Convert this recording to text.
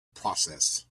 process